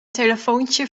telefoontje